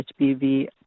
HPV